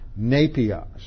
napios